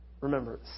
Remember